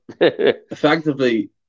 Effectively